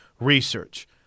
research